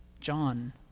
John